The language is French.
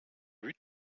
but